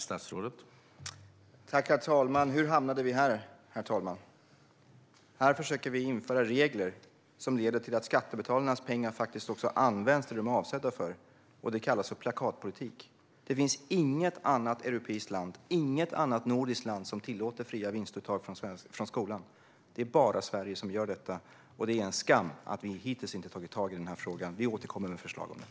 Herr talman! Hur hamnade vi här? Här försöker vi införa regler som leder till att skattebetalarnas pengar faktiskt också används till det de är avsedda för - och det kallas för plakatpolitik! Det finns inget annat nordiskt eller europeiskt land som tillåter fria vinstuttag från skolan. Det är bara Sverige som gör detta, och det är en skam att vi hittills inte har tagit tag i den här frågan. Vi återkommer med förslag om detta.